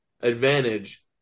advantage